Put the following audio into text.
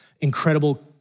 incredible